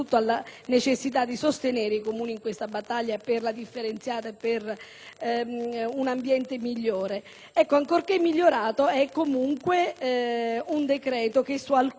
necessità di sostenere i Comuni nella battaglia per la differenziata e per un ambiente migliore. Ancorché migliorato, questo è comunque un decreto che su alcuni punti